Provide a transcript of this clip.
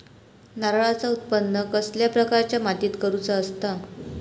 नारळाचा उत्त्पन कसल्या प्रकारच्या मातीत करूचा असता?